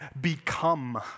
become